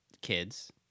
kids